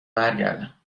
برگردم